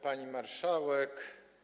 Pani Marszałek!